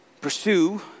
pursue